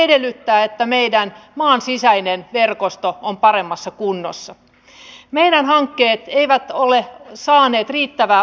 korostan että tämä on eduskunnan valiokuntien ja sitä kautta suomalaisten puolueidenkin yhteinen tahto